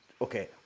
okay